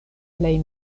plej